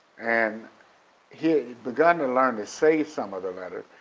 and he'd begun to learn to say some of the letters.